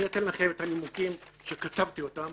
אני אתן לכם את הנימוקים שכתבתי אותם